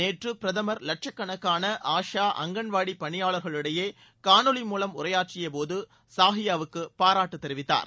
நேற்று பிரதமர் லட்சக்கணக்கான ஆஷா அங்கன்வாடி பணியாளர்களிடையே கானொளி மூலம் உரையாற்றிய போது சாஹியாவுக்கு பாராட்டு தெரிவித்தார்